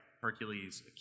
Hercules